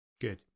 good